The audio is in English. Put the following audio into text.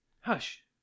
Hush